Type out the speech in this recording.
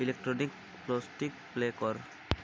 electronic plastic play କର